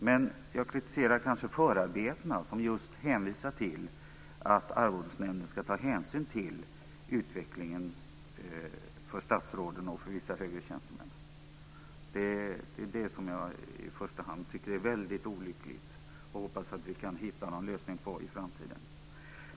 Men jag kritiserar förarbetena som hänvisar till att Arvodesnämnden ska ta hänsyn till utvecklingen för statsråden och för vissa högre tjänstemän. Det är det som jag i första hand tycker är olyckligt. Jag hoppas att vi kan hitta någon lösning i framtiden.